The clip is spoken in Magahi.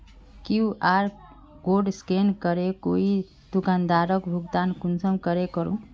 कियु.आर कोड स्कैन करे कोई दुकानदारोक भुगतान कुंसम करे करूम?